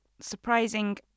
surprising